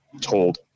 told